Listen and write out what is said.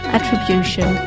Attribution